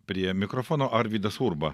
prie mikrofono arvydas urba